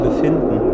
befinden